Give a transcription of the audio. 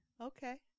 Okay